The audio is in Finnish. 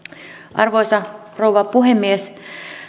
arvoisa rouva puhemies